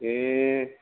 दे